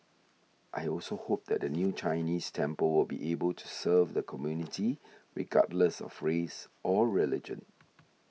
I also hope that the new Chinese temple will be able to serve the community regardless of race or religion